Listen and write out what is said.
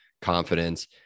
confidence